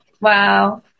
Wow